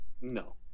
No